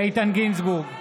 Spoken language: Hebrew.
איתן גינזבורג,